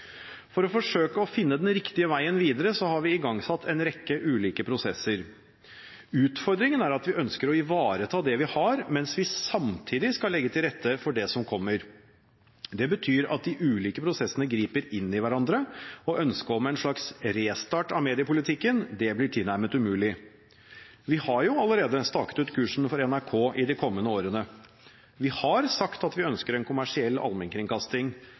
For å forsøke å finne den riktige veien videre har vi igangsatt en rekke ulike prosesser. Utfordringen er at vi ønsker å ivareta det vi har, mens vi samtidig skal legge til rette for det som kommer. Det betyr at de ulike prosessene griper inn i hverandre, og ønsket om en slags restart av mediepolitikken blir tilnærmet umulig. Vi har allerede staket ut kursen for NRK i de kommende årene. Vi har sagt at vi ønsker kommersiell allmennkringkasting,